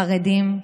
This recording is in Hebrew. חרדים,